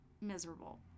miserable